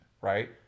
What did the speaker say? right